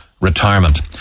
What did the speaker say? retirement